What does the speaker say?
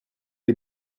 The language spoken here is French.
les